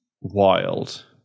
wild